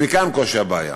מכאן קושי הבעיה.